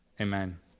Amen